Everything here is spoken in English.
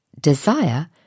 Desire